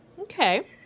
Okay